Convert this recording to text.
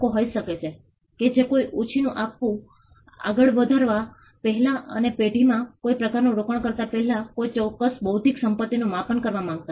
લોકોને ખબર નથી હોતી કે આ કારણોને ખાલી કરાવવા માટે કે જ્યાં તેઓ ખરેખર ખસી શક્યા નહીં ત્યાં ખાલી સ્થાનાંતરિત કરવું